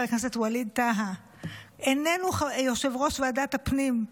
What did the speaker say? הכנסת ווליד טאהא איננו יושב-ראש ועדת הפנים,